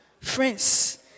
friends